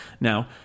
Now